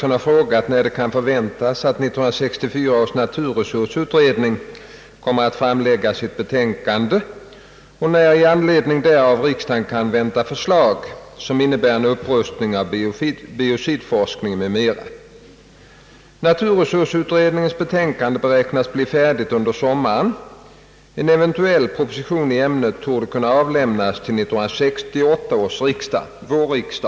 »När kan det förväntas, att 1964 års naturresursutredning kommer att framlägga sitt betänkande och när kan i anledning därav riksdagen vänta förslag, som innebär en upprustning av biocidforskningen m.m.?»